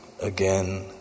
again